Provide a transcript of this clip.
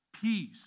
peace